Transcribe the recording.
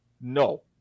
No